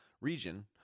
region